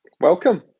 Welcome